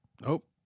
Nope